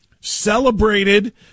celebrated